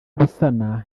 gusana